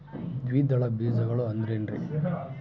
ದ್ವಿದಳ ಬೇಜಗಳು ಅಂದರೇನ್ರಿ?